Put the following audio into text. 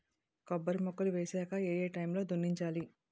కొబ్బరి మొక్కలు వేసాక ఏ ఏ టైమ్ లో దున్నించాలి?